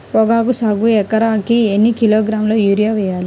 పొగాకు సాగుకు ఎకరానికి ఎన్ని కిలోగ్రాముల యూరియా వేయాలి?